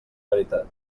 veritat